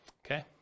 okay